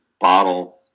bottle